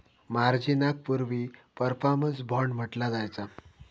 मार्जिनाक पूर्वी performance bond म्हटला जायचा